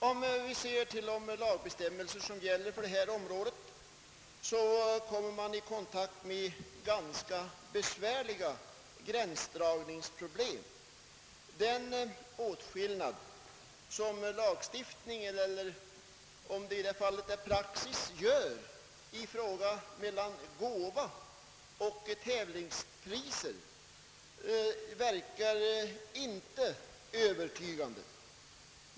När man studerar de lagbestämmelser som gäller för detta område, kommer man i kontakt med ganska besvärliga gränsdragningsproblem. Den åtskillnad som lagstiftningen — eller kanske i vissa fall praxis — gör mellan gåva och tävlingspriser verkar inte övertygande.